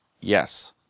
yes